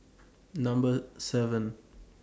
Number seven